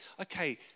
okay